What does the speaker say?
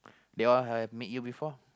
they all have meet you before